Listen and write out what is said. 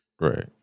right